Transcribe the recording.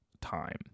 time